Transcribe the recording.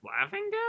Laughing